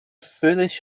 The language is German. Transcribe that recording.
völlig